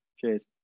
cheers